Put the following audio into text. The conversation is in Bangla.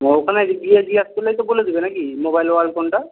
ওখানে গিয়ে জিজ্ঞেস করলেই তো বলে দিবে নাকি মোবাইল ওয়ার্ল্ড কোনটা